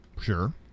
Sure